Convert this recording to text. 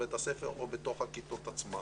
בבית הספר או בתוך הכיתות עצמן.